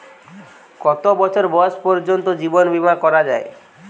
কত বছর বয়স পর্জন্ত জীবন বিমা করা য়ায়?